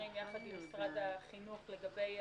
גם על מיליון, 2 מיליון, 3 מיליון או 4